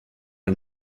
den